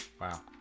Wow